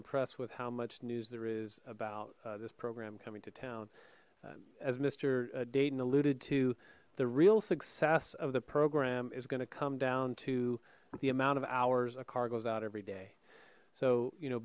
impressed with how much news there is about this program coming to town as mister dayton alluded to the real success of the program is going to come down to the amount of hours a car goes out every day so you know